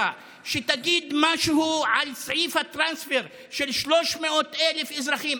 שתגיד משהו על סעיף הטרנספר של 300,000 אזרחים.